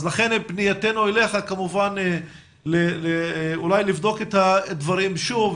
לכן פנייתנו אליך אולי לבדוק את הדברים שוב,